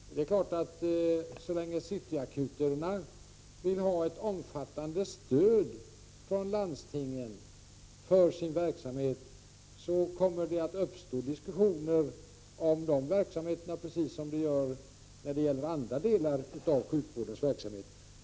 Det är klart att så länge cityakuterna vill ha ett omfattande stöd från landstingen för sin verksamhet kommer det att uppstå diskussioner om de verksamheterna precis som när det gäller andra delar av sjukvårdens verksamhet.